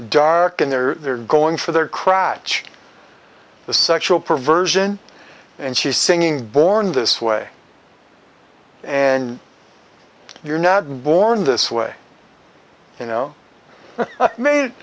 dark in there they're going for their crotch the sexual perversion and she's singing born this way and you're not born this way you know ma